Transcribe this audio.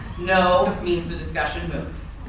no means the discussion goes.